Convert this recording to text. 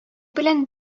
белән